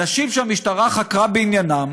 אנשים שהמשטרה חקרה בעניינם,